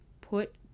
put